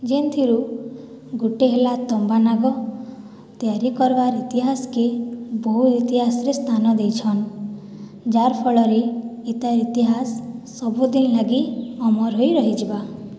ଯେଉଁଥିରୁ ଗୋଟେ ହେଲା ତମ୍ବା ନାଗ ତିଆରି କରବାର୍ ଇତିହାସ କେ ବହୁ ଇତିହାସରେ ସ୍ଥାନ ଦେଇଛନ୍ ଯାର୍ ଫଳରେ ଇଟାର୍ ଇତିହାସ ସବୁଦିନ ଲାଗି ଆମର ହେଇ ରହିଯିବା